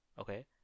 Okay